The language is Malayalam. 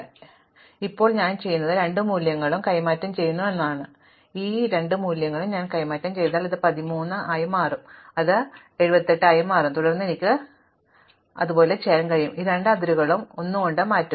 അതിനാൽ ഇപ്പോൾ ഞാൻ ചെയ്യുന്നത് ഞാൻ ഈ രണ്ട് മൂല്യങ്ങളും കൈമാറ്റം ചെയ്യുന്നു ഈ രണ്ട് മൂല്യങ്ങളും ഞാൻ കൈമാറ്റം ചെയ്താൽ ഇത് 13 ആയി മാറും ഇത് 78 ആയി മാറും തുടർന്ന് എനിക്ക് കഴിയും ഈ രണ്ട് അതിരുകളും 1 കൊണ്ട് മാറ്റുക